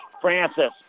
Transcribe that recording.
Francis